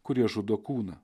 kurie žudo kūną